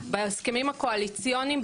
בהסכמים הקואליציוניים,